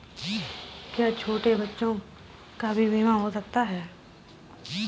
क्या छोटे छोटे बच्चों का भी बीमा हो सकता है?